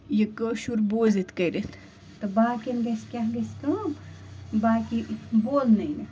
یہِ کٲشُر بوٗزِتھ کٔرِتھ تہٕ باقین گَژھِ کیٛاہ گَژھِ کٲم باقی بولنٕے نہٕ